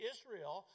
Israel